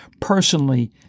personally